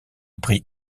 prix